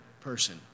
person